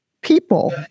people